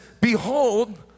behold